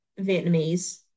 Vietnamese